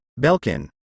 Belkin